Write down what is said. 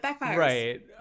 Right